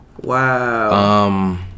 Wow